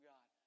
God